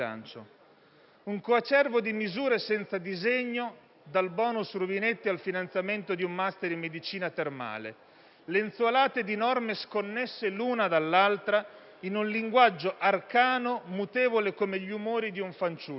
«Un coacervo di misure senza disegno, dal *bonus* rubinetti al finanziamento di un *master* in medicina termale; lenzuolate di norme sconnesse l'una dall'altra, in un linguaggio arcano, mutevole come gli umori di un fanciullo».